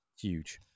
Huge